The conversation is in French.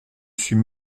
suis